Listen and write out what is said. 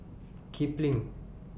Kipling